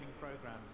programs